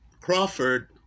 Crawford